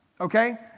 Okay